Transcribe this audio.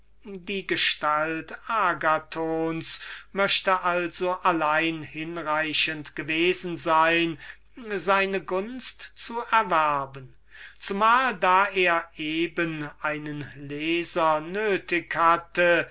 die gestalt agathons möchte also allein hinreichend gewesen sein ihm seine gunst zu erwerben zumal da er eben einen leser nötig hatte